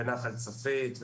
אסון צפית,